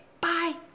Bye